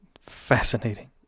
Fascinating